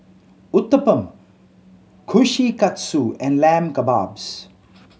Uthapam Kushikatsu and Lamb Kebabs